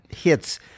hits